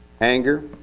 Anger